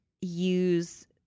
use